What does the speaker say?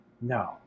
No